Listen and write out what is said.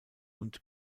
und